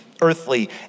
earthly